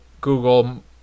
Google